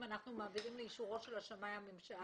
אנחנו מעבירים לאישורו של השמאי הממשלתי.